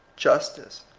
justice,